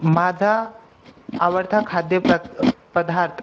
माझा आवडता खाद्य प्र पदार्थ